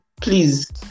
Please